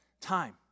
time